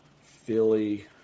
Philly